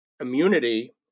immunity